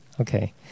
Okay